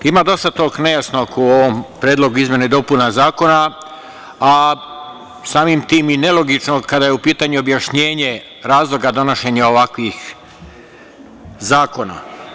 Ima dosta toga nejasnog u ovom Predlogu izmena i dopuna zakona, a samim tim i nelogičnog kada je u pitanju objašnjenje razloga donošenja ovakvih zakona.